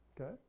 Okay